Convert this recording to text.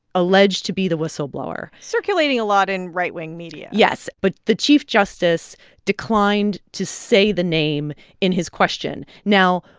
alleged to be the whistleblower circulating a lot in right-wing media yes. but the chief justice declined to say the name in his question. now,